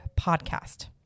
podcast